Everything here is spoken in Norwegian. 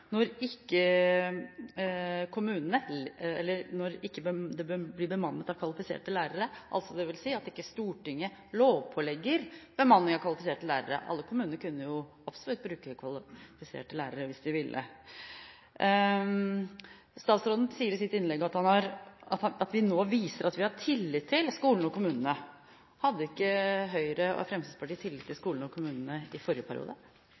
når den ikke blir bemannet av kvalifiserte lærere, det vil altså si når ikke Stortinget lovpålegger bemanning av kvalifiserte lærere. Alle kommuner kunne jo absolutt bruke kvalifiserte lærere hvis de ville. Statsråden sier i sitt innlegg at man nå viser at man har tillit til skolene og kommunene. Hadde ikke Høyre og Fremskrittspartiet tillit til skolene og kommunene i forrige periode?